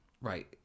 Right